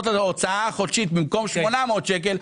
את ההוצאה החודשית ובמקום 800 שקלים,